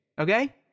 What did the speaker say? Okay